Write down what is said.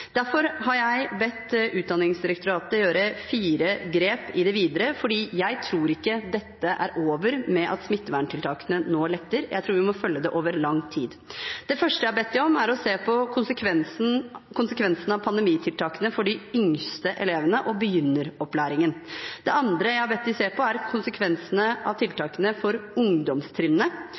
Derfor har jeg bedt Utdanningsdirektoratet gjøre fire grep i det videre, for jeg tror ikke dette er over med at smitteverntiltakene nå letter – jeg tror vi må følge det over lang tid. Det første jeg har bedt dem om, er å se på konsekvensene av pandemitiltakene for de yngste elevene og begynneropplæringen. Det andre jeg har bedt dem se på, er konsekvensene av tiltakene for